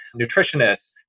nutritionists